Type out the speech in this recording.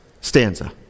stanza